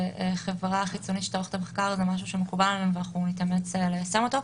חברה חיצונית שתערוך את המחקר הזה משהו שמקובל עלינו ונתאמץ ליישם אותו.